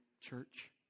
Church